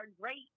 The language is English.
great